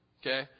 okay